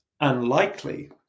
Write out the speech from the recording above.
unlikely